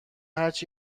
هرچی